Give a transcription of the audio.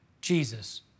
Jesus